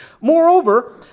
Moreover